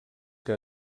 que